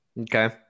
Okay